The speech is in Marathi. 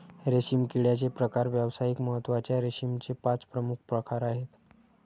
रेशीम किड्याचे प्रकार व्यावसायिक महत्त्वाच्या रेशीमचे पाच प्रमुख प्रकार आहेत